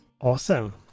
Awesome